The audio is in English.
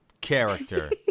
Character